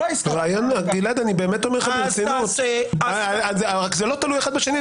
אני באמת אומר לך ברצינות אבל זה לא תלוי אחד בשני.